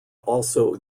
also